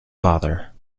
father